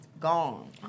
gone